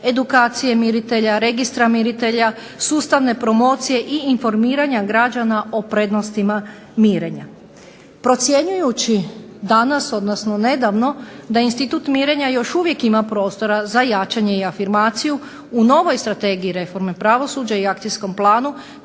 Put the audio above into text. edukacije miritelja, registra miritelja, sustavne promocije i informiranja građana o prednostima mirenja. Procjenjujući danas odnosno nedavno da institut mirenja još uvijek ima prostora za jačanje i afirmaciju, u novoj strategiji reforme pravosuđa i akcijskom planu,